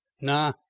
nah